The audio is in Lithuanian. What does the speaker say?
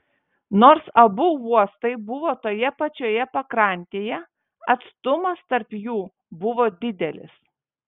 nors abu uostai buvo toje pačioje pakrantėje atstumas tarp jų buvo didelis